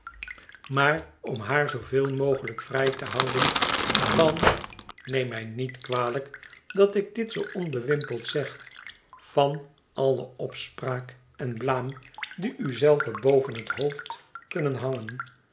maar om haar zooveel mogelijk vrij te houden van neem mij niet kwalijk dat ik dit zoo onbewimpeld zeg van alle opspraak en blaam die u zelve boven het hoofd kunnen hangen